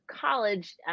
college